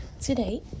Today